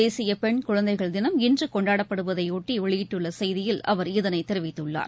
தேசிய பெண்குழந்தைகள் தினம் இன்று கொண்டாடப்படுவதை ஆட்டி வெளியிட்டுள்ள செய்தியில் அவர் இதனை தெரிவித்துள்ளார்